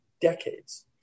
decades